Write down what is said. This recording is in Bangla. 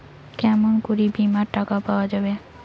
কেমন করি বীমার টাকা পাওয়া যাবে?